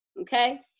Okay